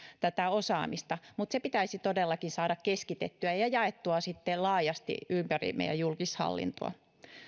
tätä osaamista mutta se pitäisi todellakin saada keskitettyä ja ja jaettua sitten laajasti ympäri meidän julkishallintoamme